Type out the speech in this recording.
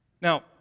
Now